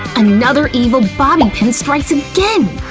another evil bobby pin strikes again!